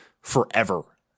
forever